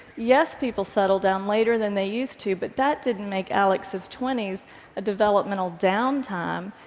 yes, people settle down later than they used to, but that didn't make alex's twenty s a developmental downtime.